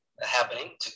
happening